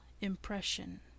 impression